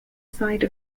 side